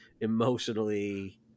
emotionally